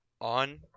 On